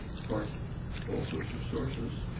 part all sorts of sources,